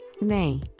Nay